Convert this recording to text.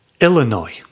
Illinois